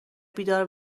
بیدار